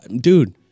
dude